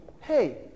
Hey